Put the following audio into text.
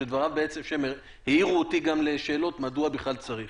שדבריו העירו אותי גם לשאלות מדוע בכלל צריך